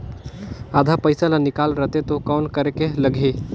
आधा पइसा ला निकाल रतें तो कौन करेके लगही?